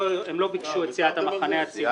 לא, הם לא ביקשו את סיעת המחנה הציוני.